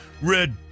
Red